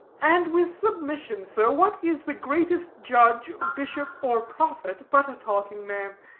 and with submission, sir, what is the greatest judge, bishop or prophet, but a talking man?